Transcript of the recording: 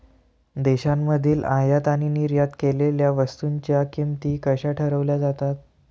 देशांमधील आयात आणि निर्यात केलेल्या वस्तूंच्या किमती कशा ठरवल्या जातात?